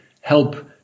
help